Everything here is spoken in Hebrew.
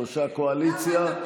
שלושה קואליציה.